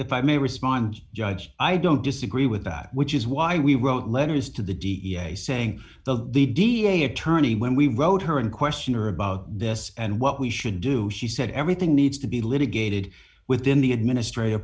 if i may respond judge i don't disagree with that which is why we wrote letters to the da saying the the da attorney when we wrote her and questioned her about this and what we should do she said everything needs to be litigated within the administrat